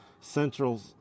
central